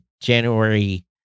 January